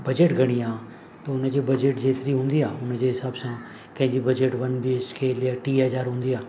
budget घणी आहे त हुनजी बजट जेतिरी हूंदी आहे हुनजे हिसाबु सां कंहिंजी budget one B H K टीह हज़ार हूंदी आहे